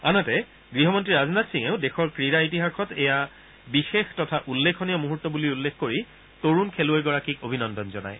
আনহাতে গৃহমন্ত্ৰী ৰাজনাথ সিঙেও দেশৰ ক্ৰীড়া ইতিহাসত এয়া বিশেষ তথা উল্লেখনীয় মুহূৰ্ত বুলি উল্লেখ কৰি তৰুণ খেলুৱৈগৰাকীক অভিনন্দন জনায়